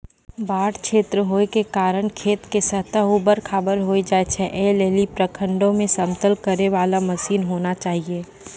बाढ़ क्षेत्र होय के कारण खेत के सतह ऊबड़ खाबड़ होय जाए छैय, ऐ लेली प्रखंडों मे समतल करे वाला मसीन होना चाहिए?